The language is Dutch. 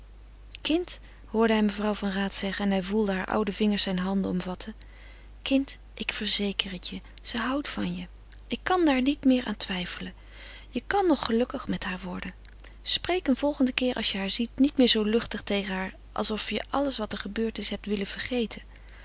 kind hoorde hij mevrouw van raat zeggen en hij voelde haar oude vingers zijn handen omvatten kind ik verzeker het je ze houdt van je ik kan daar niet meer aan twijfelen je kan nog gelukkig met haar worden spreek een volgenden keer als je haar ziet niet meer zoo luchtig tegen haar alsof je alles wat er gebeurd is hebt willen vergeten